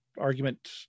argument